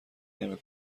نمی